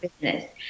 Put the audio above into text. business